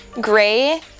gray